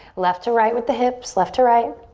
left to right with the hips. left to right.